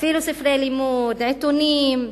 אפילו ספרי לימוד, עיתונים,